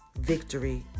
victory